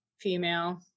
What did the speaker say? female